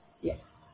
Yes